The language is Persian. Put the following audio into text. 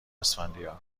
اسفندیار